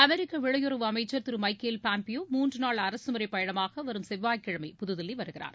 அமெரிக்க வெளியுறவு அமைச்சர் Thiru Michael Pompeo மூன்று நாள் அரசு முறை பயணமாக வரும் செவ்வாய்கிழமை புதுதில்லி வருகிறார்